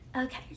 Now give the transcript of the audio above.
Okay